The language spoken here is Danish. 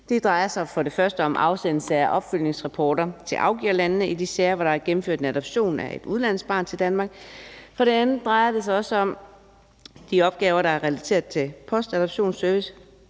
Det drejer sig for det første om afsendelse af opfølgningsrapporter til afgiverlandene i de sager, hvor der gennemført en adoption af et udenlandsk barn til Danmark. For det andet drejer det sig om de opgaver, der er relateret til Post Adoption Service,